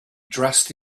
dressed